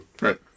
right